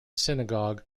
synagogue